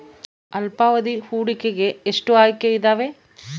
ಅಲ್ಪಾವಧಿ ಹೂಡಿಕೆಗೆ ಎಷ್ಟು ಆಯ್ಕೆ ಇದಾವೇ?